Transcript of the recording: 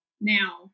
now